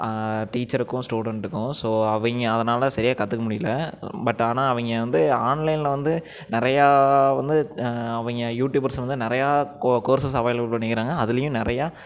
டீச்சர்க்கும் ஸ்டுடென்ட்க்கும் ஸோ அவங்க அதனால் சரியாக கற்றுக்க முடியலை பட் ஆனால் அவங்க வந்து ஆன்லைனில் வந்து நிறையா வந்து அவங்க யூடியூபர்ஸ் வந்து நிறையா கோ கோர்சஸ் அவேலபுல் பண்ணிக்கிறாங்க அதுலேயும் நிறையா